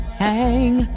hang